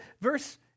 verse